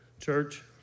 church